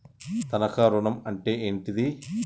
తనఖా ఋణం అంటే ఏంటిది?